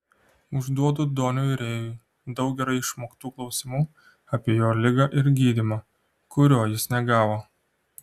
užduodu doniui rėjui daug gerai išmoktų klausimų apie jo ligą ir gydymą kurio jis negavo